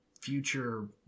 Future